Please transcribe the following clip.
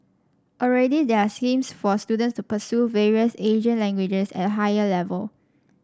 already there are schemes for students to pursue various Asian languages at a higher level